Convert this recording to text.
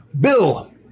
Bill